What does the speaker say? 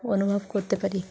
অনুভব করতে পারি